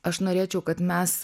aš norėčiau kad mes